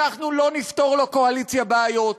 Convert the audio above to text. אנחנו לא נפתור לקואליציה בעיות.